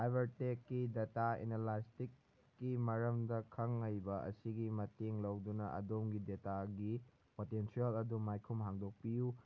cyber ꯇꯦꯛꯀꯤ data ꯑꯦꯅꯥꯂꯥꯏꯁꯤꯛꯀꯤ ꯃꯔꯝꯗ ꯈꯪ ꯍꯩꯕ ꯑꯁꯤꯒꯤ ꯃꯇꯦꯡ ꯂꯧꯗꯨꯅ ꯑꯗꯣꯝꯒꯤ ꯗꯦꯇꯥꯒꯤ ꯄꯣꯇꯦꯟꯁꯤꯌꯦꯜ ꯑꯗꯨ ꯃꯥꯏꯈꯨꯝ ꯍꯥꯡꯗꯣꯛꯄꯤꯎ